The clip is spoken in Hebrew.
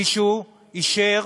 מישהו אישר